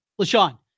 LaShawn